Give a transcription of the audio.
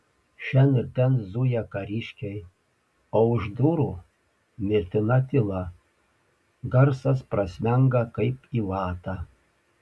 šen ir ten zuja kariškiai o už durų mirtina tyla garsas prasmenga kaip į vatą